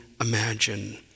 imagine